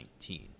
2019